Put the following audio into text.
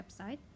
website